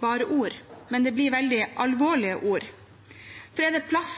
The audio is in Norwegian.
veldig alvorlige ord. For er det plass